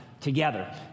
together